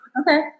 Okay